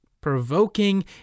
provoking